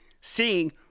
seeing